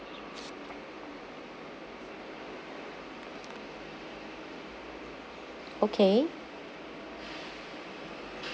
okay